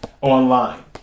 online